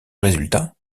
résultat